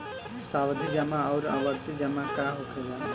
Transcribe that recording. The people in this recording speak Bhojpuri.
सावधि जमा आउर आवर्ती जमा का होखेला?